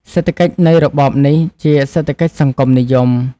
សេដ្ឋកិច្ចនៃរបបនេះជា សេដ្ឋកិច្ចសង្គមនិយម។